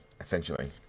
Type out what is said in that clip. essentially